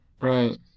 Right